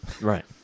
Right